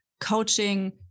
coaching